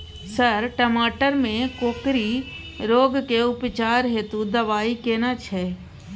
Sir टमाटर में कोकरि रोग के उपचार हेतु दवाई केना छैय?